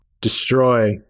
destroy